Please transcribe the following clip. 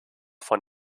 von